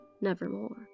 nevermore